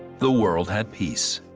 the world had peace.